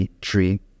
tree